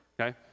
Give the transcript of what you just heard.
Okay